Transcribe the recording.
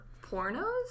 pornos